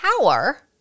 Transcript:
power